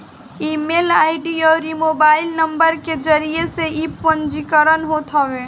email ID अउरी mobile number के जरिया से इ पंजीकरण होत हवे